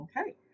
Okay